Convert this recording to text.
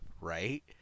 right